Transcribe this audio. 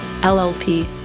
LLP